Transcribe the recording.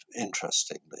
interestingly